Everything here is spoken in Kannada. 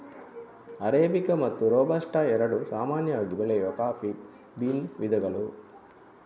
ಅರೇಬಿಕಾ ಮತ್ತು ರೋಬಸ್ಟಾ ಎರಡು ಸಾಮಾನ್ಯವಾಗಿ ಬೆಳೆಯುವ ಕಾಫಿ ಬೀನ್ ವಿಧಗಳು